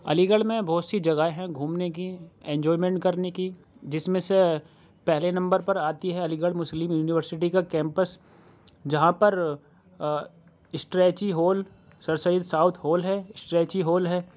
علی گڑھ میں بہت سی جگہیں ہیں گھومنے کی انجوائمنٹ کرنے کی جس میں سے پہلے نمبر پر آتی ہے علی گڑھ مسلم یونیورسٹی کا کیمپس جہاں پر Strachey Hall Sir Syed south hall ہے اسٹریچی ہول ہے